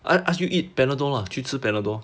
I ask you eat panadol lah 去吃 panadol